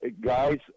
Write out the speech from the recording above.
guys